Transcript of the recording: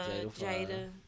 Jada